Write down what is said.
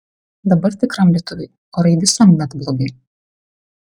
dabar tikram lietuviui orai visuomet blogi